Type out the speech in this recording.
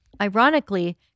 Ironically